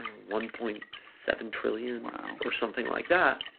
one point seven trillion, um um or something like that,